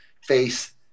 face